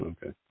Okay